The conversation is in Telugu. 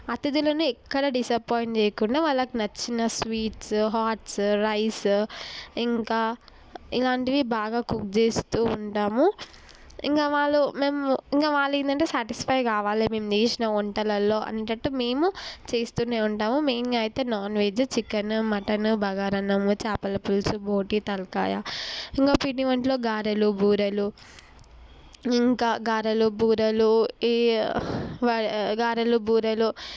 అతిథులని ఎక్కడ డిసప్పాయింట్ చేయకుండా వాళ్ళకు నచ్చిన స్వీట్స్ హాట్స్ రైస్ ఇంకా ఇలాంటివి బాగా కుక్ చేస్తూ ఉంటాము ఇంకా వాళ్ళు మేము ఇంకా వాళ్ళు ఏంటంటే సాటిస్ఫై కావాలి మేము చేసిన వంటలలో అనేటట్టు మేము చేస్తూనే ఉంటాము మెయిన్గా అయితే నాన్వెజ్ చికెన్ మటన్ బగారా అన్నం చేపల పులుసు బోటి తలకాయ ఇంకా పిండి వంటల్లో గారెలు బూరెలు ఇంకా గారెలు బూరెలు ఈ గారెలు బూరెలు